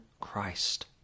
Christ